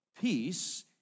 peace